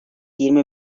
yirmi